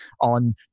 on